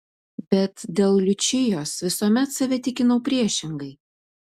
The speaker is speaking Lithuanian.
bet dėl liučijos visuomet save tikinau priešingai